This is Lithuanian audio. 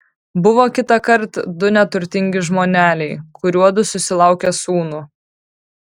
buvo kitąkart du neturtingi žmoneliai kuriuodu susilaukė sūnų